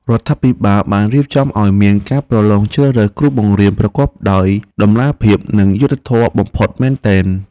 រដ្ឋាភិបាលបានរៀបចំឱ្យមានការប្រឡងជ្រើសរើសគ្រូបង្រៀនប្រកបដោយតម្លាភាពនិងយុត្តិធម៌បំផុតមែនទែន។